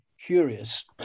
curious